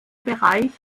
bereich